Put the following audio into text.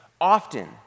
often